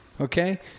Okay